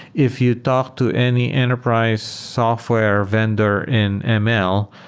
if you talk to any enterprise software vendor in ah ml,